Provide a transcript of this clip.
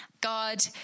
God